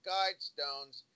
Guidestones